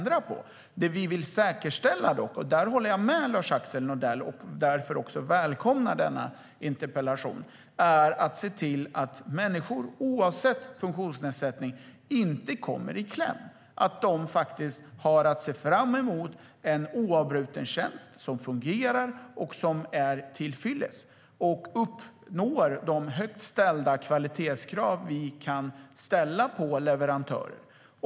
Det vi dock vill säkerställa - här håller jag med Lars-Axel Nordell och välkomnar därför denna interpellation - är att människor oavsett funktionsnedsättning inte kommer i kläm, att de har att se fram emot en oavbruten tjänst som fungerar, är till fyllest och uppnår de höga kvalitetskrav vi ställer på leverantörer.